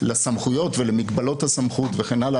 לסמכויות ולמגבלות הסמכות וכן הלאה.